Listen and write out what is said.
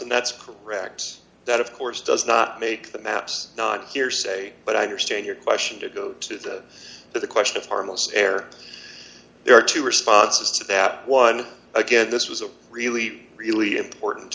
strawson that's correct that of course does not make the maps not hearsay but i understand your question to go to the to the question of harmless air there are two responses to that one again this was a really really important